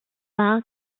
war